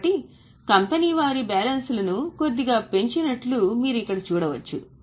కాబట్టి కంపెనీ వారి బ్యాలెన్స్లను కొద్దిగా పెంచినట్లు మీరు ఇక్కడ చూడవచ్చు